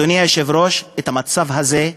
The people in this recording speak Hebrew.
אדוני היושב-ראש, את המצב הזה,